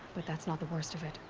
but that's not the worst of it.